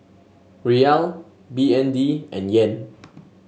Riyal B N D and Yen